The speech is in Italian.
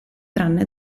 tranne